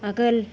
आगोल